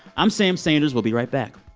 i'm sam sanders. we'll be right back